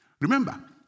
Remember